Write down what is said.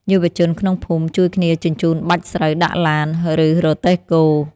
យុវជនក្នុងភូមិជួយគ្នាជញ្ជូនបាច់ស្រូវដាក់ឡាន ឬរទេះគោ។